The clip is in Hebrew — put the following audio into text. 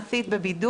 נופלים לו יומיים.